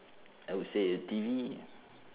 I would say a T_V